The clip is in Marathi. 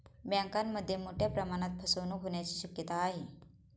बँकांमध्ये मोठ्या प्रमाणात फसवणूक होण्याची शक्यता आहे